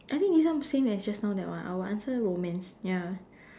I think this one same as just now that one I will answer romance ya